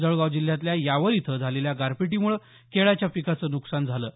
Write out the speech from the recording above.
जळगाव जिल्ह्यतल्या यावल इथं झालेल्या गारपीटीमुळं केळाच्या पिकांचं नुकसान झालं आहे